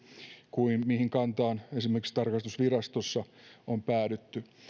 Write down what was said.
kuin se mihin kantaan esimerkiksi tarkastusvirastossa on päädytty